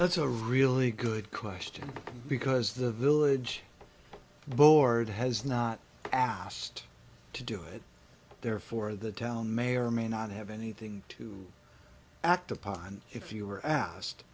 that's a really good question because the village board has not asked to do it therefore the town may or may not have anything to act upon if you were asked